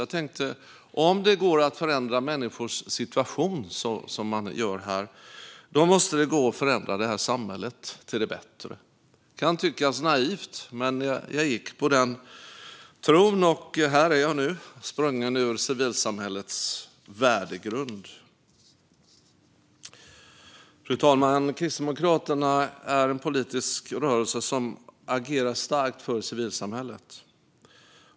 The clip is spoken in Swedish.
Jag tänkte att om det går att förändra människors situation som man gör här måste det också gå att förändra samhället till det bättre. Det kan tyckas naivt, men jag gick på den tron - och här är jag nu, sprungen ur civilsamhällets värdegrund. Fru talman! Kristdemokraterna är en politisk rörelse som agerar starkt för civilsamhället.